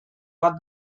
bat